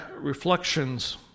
reflections